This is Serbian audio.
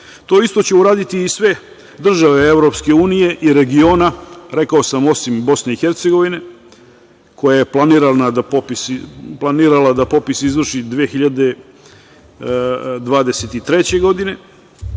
To isto će uraditi i sve države EU i regiona, rekao sam, osim Bosne i Hercegovine, koja je planirala da popis izvrši 2023. godine.